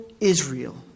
Israel